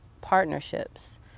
partnerships